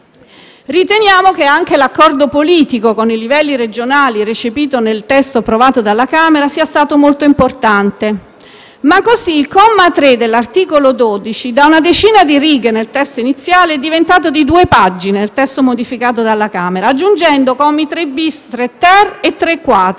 Riteniamo che anche l'accordo politico con i livelli regionali, recepito nel testo approvato dalla Camera, sia stato molto importante. Ma in questo modo il comma 3 dell'articolo 12, da una decina di righe del testo iniziale, è diventato di due pagine nel testo modificato dalla Camera, aggiungendo i commi 3-*bis*, 3-*ter* e 3-*quater*.